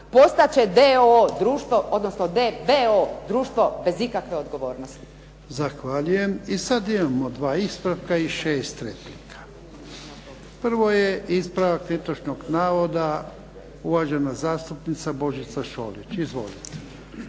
d.b.o. društvo bez ikakve odgovornosti. **Jarnjak, Ivan (HDZ)** Zahvaljujem. I sad imamo 2 ispravka i 6 replika. Prvo je ispravak netočnog navoda uvažena zastupnica Božica Šolić. Izvolite.